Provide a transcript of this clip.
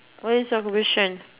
what is your probation